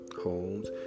homes